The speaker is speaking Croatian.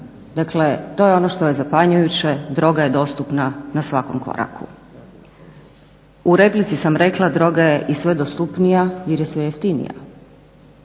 Dakle, to je ono što je zapanjujuće, droga je dostupna na svakom koraku. U replici sam rekla droga je i sve dostupnija jer je sve jeftinija.